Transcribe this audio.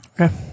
Okay